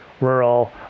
rural